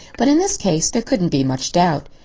but in this case there couldn't be much doubt.